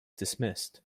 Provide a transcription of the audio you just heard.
dismissed